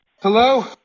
Hello